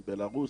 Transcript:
הם בלרוסיים,